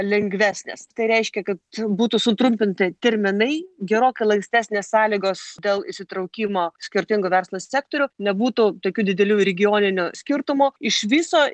lengvesnės tai reiškia kad būtų sutrumpinti terminai gerokai lankstesnės sąlygos dėl įsitraukimo skirtingų verslo sektorių nebūtų tokių didelių regioninių skirtumų iš viso